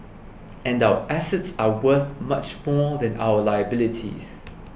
and our assets are worth much more than our liabilities